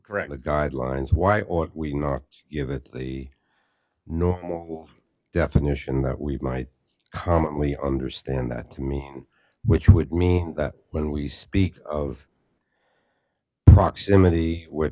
correct the guidelines y or we cannot give it the normal definition that we might commonly understand that to mean which would mean that when we speak of proximity we're